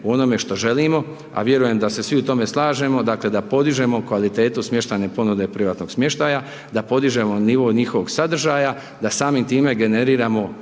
u onome što želimo, a vjerujem da se svi u tome slažemo, dakle, da podižemo kvalitetu smještajne ponude privatnog smještaja, da podižemo nivo njihovog sadržaja, da samim time generiramo